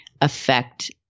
affect